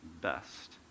best